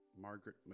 Margaret